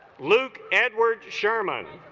luke edwards sherman